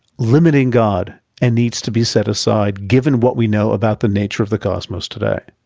limiting god and needs to be set aside, given what we know about the nature of the cosmos today?